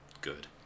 good